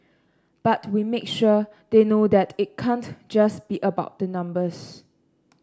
but we make sure they know that it can't just be about the numbers